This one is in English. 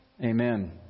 Amen